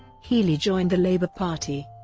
healey joined the labour party.